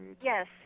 Yes